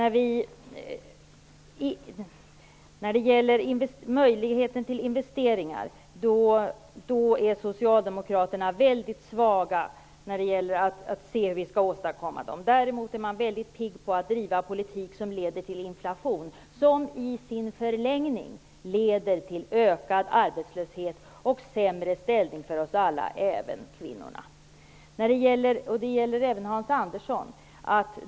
Socialdemokraterna är väldigt otydliga när det gäller att tala om hur vi skall åstadkomma möjligheter till investeringar. Däremot är de väldigt pigga på att driva en politik som leder till inflation, vilket i sin förlängning leder till ökad arbetslöshet och en sämre ställning för oss alla, även kvinnorna. Jag vill även rikta detta till Hans Andersson.